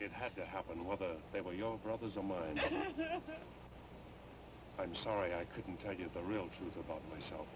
it had to happen whether they were your brothers and my i'm sorry i couldn't tell you the real truth about myself